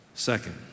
Second